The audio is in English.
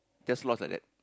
just lost like that